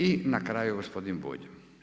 I na kraju gospodin Bulj.